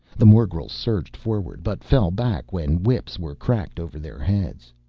the morgels surged forward, but fell back when whips were cracked over their heads.